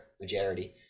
majority